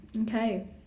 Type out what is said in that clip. Okay